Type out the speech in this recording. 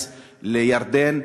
לירדן,